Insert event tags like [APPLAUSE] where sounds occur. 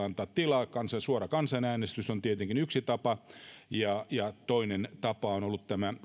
[UNINTELLIGIBLE] antaa tilaa suoralle demokratialle suora kansanäänestys on tietenkin yksi tapa ja ja toinen tapa on ollut tämä